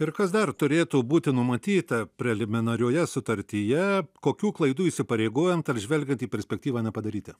ir kas dar turėtų būti numatyta preliminarioje sutartyje kokių klaidų įsipareigojant ar žvelgiant į perspektyvą nepadaryti